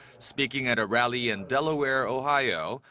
speaking at a rally in delaware, ohio,